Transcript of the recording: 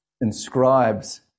inscribes